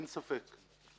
אין ספק.